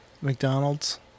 mcdonald's